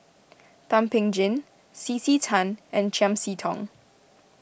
Thum Ping Tjin C C Tan and Chiam See Tong